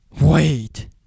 Wait